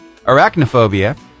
arachnophobia